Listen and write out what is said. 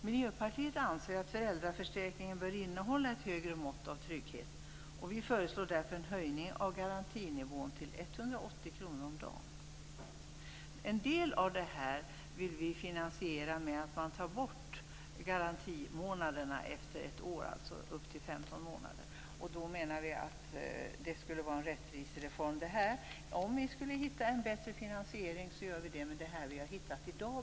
Miljöpartiet anser att föräldraförsäkringen bör innehålla ett högre mått av trygghet. Vi föreslår därför en höjning av garantinivån till 180 kr om dagen. En del av det här vill vi finansiera med att man tar bort garantimånaderna efter ett år, alltså upp till 15 månader. Då menar vi att detta skulle vara en rättvisereform. Om vi skulle hitta en bättre finansiering använder vi den, men det här är vad vi har hittat i dag.